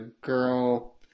girl